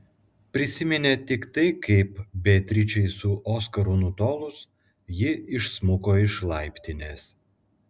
prisiminė tik tai kaip beatričei su oskaru nutolus ji išsmuko iš laiptinės